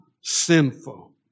sinful